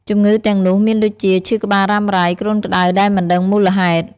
ជំងឺទាំងនោះមានដូចជា ឈឺក្បាលរ៉ាំរ៉ៃ គ្រុនក្តៅដែលមិនដឹងមូលហេតុ។